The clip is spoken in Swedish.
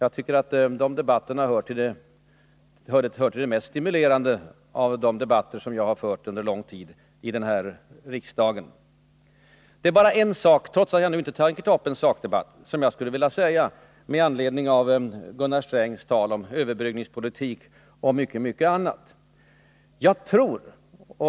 Jag tycker att de debatterna hör till de mest stimulerande av de debatter som jag under lång tid har fört i riksdagen. Det är bara en sak som jag skulle vilja säga — trots att jag nu inte tagit upp en sakdebatt — med anledning av Gunnar Strängs tal om överbryggningspolitik och mycket, mycket annat.